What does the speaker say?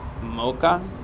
mocha